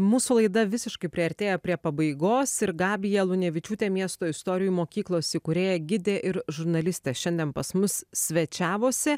mūsų laida visiškai priartėja prie pabaigos ir gabija lunevičiūtė miesto istorijų mokyklos įkūrėja gidė ir žurnalistė šiandien pas mus svečiavosi